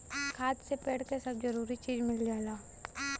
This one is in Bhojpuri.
खाद से पेड़ क सब जरूरी चीज मिल जाला